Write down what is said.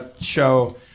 show